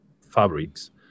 fabrics